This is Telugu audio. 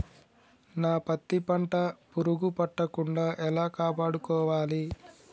నా పత్తి పంట పురుగు పట్టకుండా ఎలా కాపాడుకోవాలి?